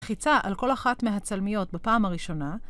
‫לחיצה על כל אחת מהצלמיות, ‫בפעם הראשונה.